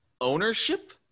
ownership